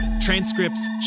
transcripts